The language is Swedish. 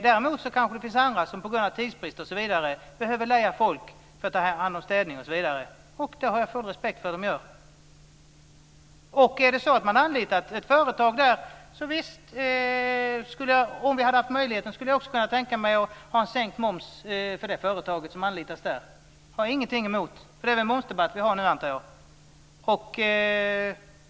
Det kanske finns andra som på grund av tidsbrist osv. behöver leja folk för att ta hand om städning osv. Det har jag full respekt för. Om vi hade haft möjligheten skulle jag också kunna tänka mig att ha en sänkt moms för det företag som anlitas. Det har jag ingenting emot. Det är väl en momsdebatt vi har nu, antar jag.